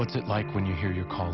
what's it like when you hear you call